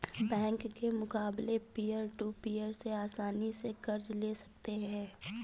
bank के मुकाबले peer to peer से आसनी से कर्ज ले सकते है